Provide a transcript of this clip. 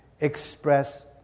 express